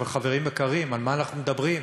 אבל, חברים יקרים, על מה אנחנו מדברים?